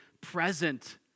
present